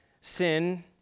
sin